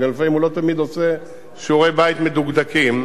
אבל גם לא תמיד עושה שיעורי-בית מדוקדקים,